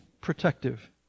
protective